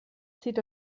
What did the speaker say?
zieht